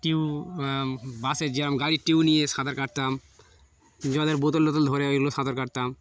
tube বাসের যেরকম গাড়ির টিউব নিয়ে সাঁতার কাটতাম জলের বোতল টোতল ধরে ওইগুলো সাঁতার কাটতাম